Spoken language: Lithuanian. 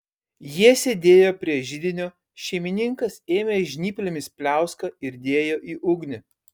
jie sėdėjo prie židinio šeimininkas ėmė žnyplėmis pliauską ir dėjo į ugnį